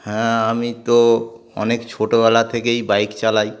হ্যাঁ আমি তো অনেক ছোটোবেলা থেকেই বাইক চালাই